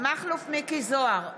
מכלוף מיקי זוהר,